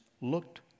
looked